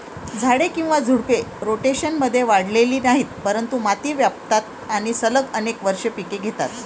झाडे किंवा झुडपे, रोटेशनमध्ये वाढलेली नाहीत, परंतु माती व्यापतात आणि सलग अनेक वर्षे पिके घेतात